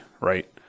right